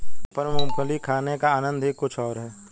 सफर में मूंगफली खाने का आनंद ही कुछ और है